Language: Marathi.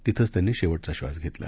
तिथेच त्यांनी शेवट्चा श्वास घेतला